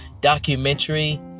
documentary